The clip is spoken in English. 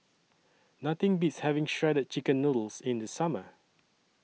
Nothing Beats having Shredded Chicken Noodles in The Summer